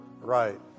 Right